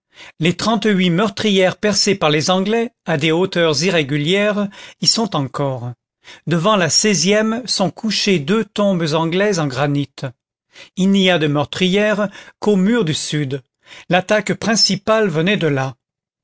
les trente-huit meurtrières percées par les anglais à des hauteurs irrégulières y sont encore devant la seizième sont couchées deux tombes anglaises en granit il n'y a de meurtrières qu'au mur sud l'attaque principale venait de là